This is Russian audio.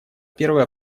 первое